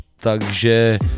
takže